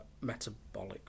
metabolic